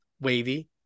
wavy